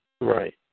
Right